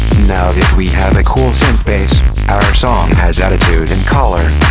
now that we have a cool synth bass our song has attitude and color.